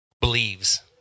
believes